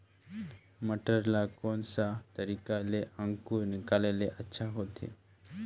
मटर ला कोन सा तरीका ले अंकुर निकाले ले अच्छा होथे?